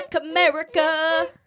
America